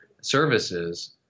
services